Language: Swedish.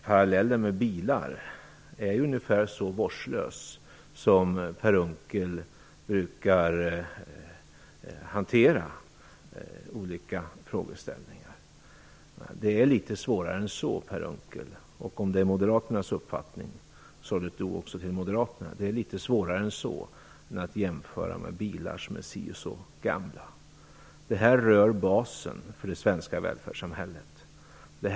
Parallellen med bilar är ungefär så vårdslös som Per Unckels hantering av olika frågeställningar. Det är litet svårare, Per Unckel, än att jämföra med bilar som är si eller så gamla. Om detta är moderaternas uppfattning riktar jag mig även till dem. Detta rör basen för det svenska välfärdssamhället.